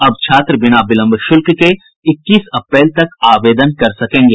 अब छात्र बिना विलंब शुल्क के इक्कीस अप्रैल तक आवेदन कर सकेंगे